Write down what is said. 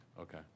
Okay